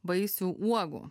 vaisių uogų